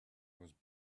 was